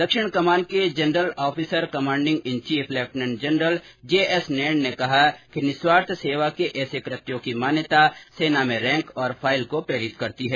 दक्षिण कमान के general officer commanding in chief lieutenant general JS Nain ने कहा कि निस्वार्थ सेवा के ऐसे कृत्यों की मान्यता सेना में रैंक और फाइल को प्रेरित करती है